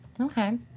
Okay